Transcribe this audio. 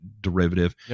derivative